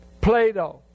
Plato